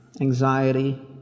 anxiety